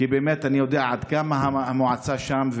כי באמת אני יודע עד כמה המועצה שם,